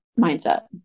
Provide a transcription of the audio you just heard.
mindset